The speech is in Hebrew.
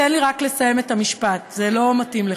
תן לי רק לסיים את המשפט, זה לא מתאים לך.